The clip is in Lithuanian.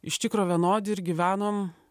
iš tikro vienodi ir gyvenom